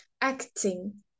acting